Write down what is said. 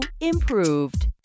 improved